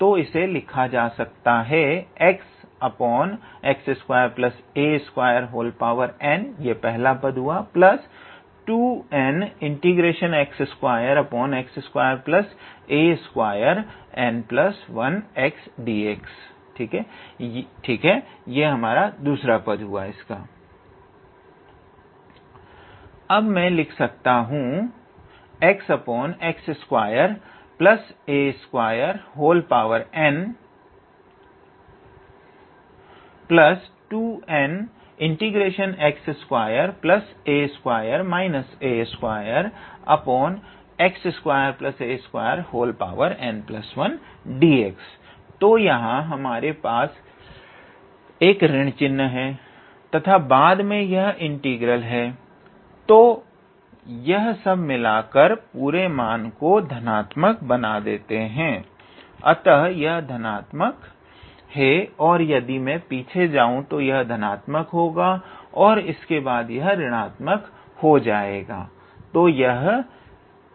तो इसे लिखा जा सकता है xx2a2n2n xx2a2n1xdx ठीक अब मैं लिख सकता हूं xx2a2n2nx2a2 a2x2a2n1dx तो यहां हमारे पास एक ऋण चिन्ह तथा बाद में यह इंटीग्रल है तो यह सब मिलकर पूरे मान को धनात्मक बना देते हैं अतः यह धनात्मक है और यदि मैं पीछे जाऊं तो यह धनात्मक होगा और इसके बाद यह ऋणात्मक हो जाएगा